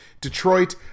Detroit